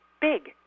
big